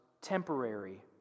temporary